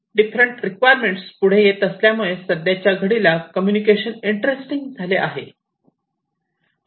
different requirement पुढे येत असल्यामुळे सध्याच्या घडीला कम्युनिकेशन इंटरेस्टिंग झाले आहे